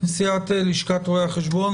נשיאת לשכת רואי החשבון,